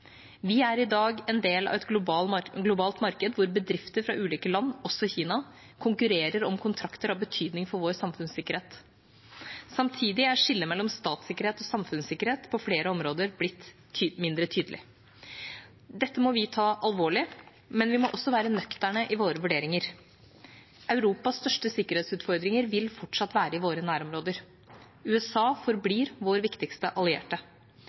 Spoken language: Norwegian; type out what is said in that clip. Vi er i dag en del av et globalt marked der bedrifter fra ulike land – også Kina – konkurrerer om kontrakter av betydning for vår samfunnssikkerhet. Samtidig er skillet mellom statssikkerhet og samfunnssikkerhet på flere områder blitt mindre tydelig. Dette må vi ta alvorlig, men vi må også være nøkterne i våre vurderinger. Europas største sikkerhetsutfordringer vil fortsatt være i våre nærområder. USA forblir vår viktigste allierte.